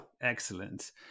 excellent